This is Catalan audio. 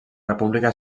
república